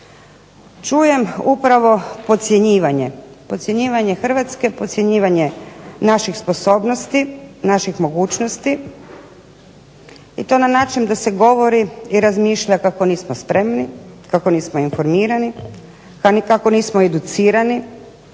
podcjenjivanje Hrvatske, podcjenjivanje naših sposobnosti, naših mogućnosti i to na način da se govori i razmišlja kako nismo spremni, kako nismo informirani pa ni kako nismo educirani,